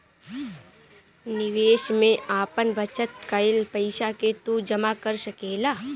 निवेश में आपन बचत कईल पईसा के तू जमा कर सकेला